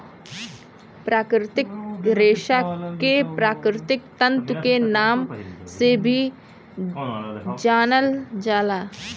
प्राकृतिक रेशा के प्राकृतिक तंतु के नाम से भी जानल जाला